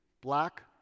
black